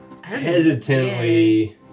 hesitantly